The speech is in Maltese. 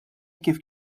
kif